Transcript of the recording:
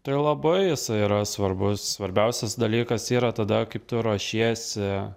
tai labai jisai yra svarbus svarbiausias dalykas yra tada kaip tu ruošiesi